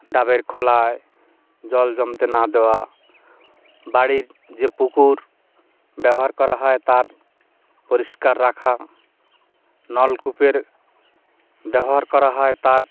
ডাবের খোলায় জল জমতে না দেওয়া বাড়ির যে পুকুর ব্যবহার করা হয় তা পরিষ্কার রাখা নলকূপের ব্যবহার করা হয় তার